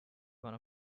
one